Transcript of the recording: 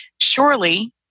surely